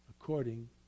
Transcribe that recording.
according